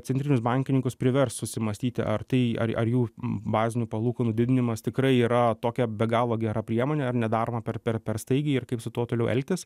centrinius bankininkus privers susimąstyti ar tai ar ar jų bazinių palūkanų didinimas tikrai yra tokia be galo gera priemonė ar nedaroma per per staigiai ir kaip su tuo toliau elgtis